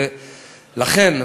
לכן,